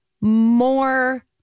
more